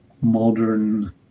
modern